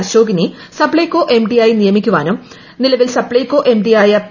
അശോകിനെ സപ്ലൈകോ എംഡിയായി നിയമിക്കുവാനും നിലവിൽ സപ്ലൈകോ എംഡിയായ പി